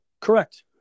correct